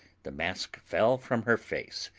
the mask fell from her face,